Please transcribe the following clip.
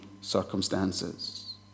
circumstances